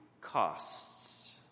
costs